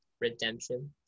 Redemption